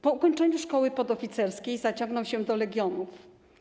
Po ukończeniu szkoły podoficerskiej zaciągnął się do Legionów.